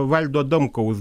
valdo adamkaus